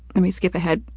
let me skip ahead.